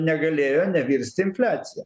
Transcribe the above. negalėjo nevirst infliacija